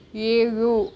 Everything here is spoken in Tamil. ஏழு